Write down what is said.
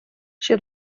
she